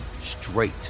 straight